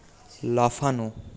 লাফানো